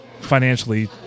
financially